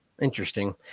Interesting